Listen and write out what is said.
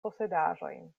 posedaĵon